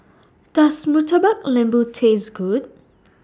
Does Murtabak Lembu Taste Good